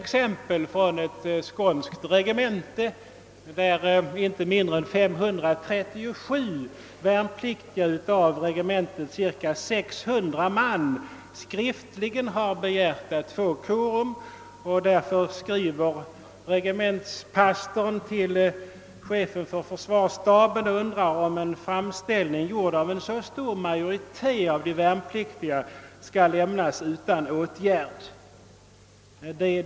I ett fall från ett skånskt regemente begärde inte mindre än 537 av regementets cirka 600 värnpliktiga skriftligen att få anordna korum. Regementspastorn skrev därför till chefen för försvarsstaben och undrade om en framställning från en så stor majoritet av de värnpliktiga skulle lämnas utan åtgärd.